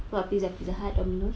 what pizza Pizza Hut Domino's